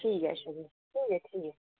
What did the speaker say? ठीक ऐ अच्छा फिर ठीक ऐ ठीक ऐ